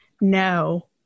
No